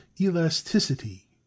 elasticity